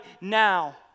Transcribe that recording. now